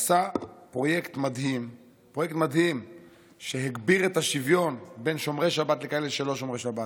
שעשה פרויקט מדהים שהגביר את השוויון בין שומרי שבת ללא שומרי השבת,